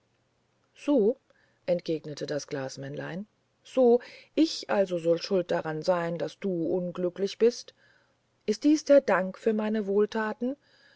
so entgegnete das glasmännlein so ich also soll schuld daran sein wenn du unglücklich bist ist dies der dank für meine wohltaten